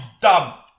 dumb